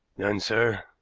none, sir.